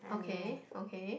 okay okay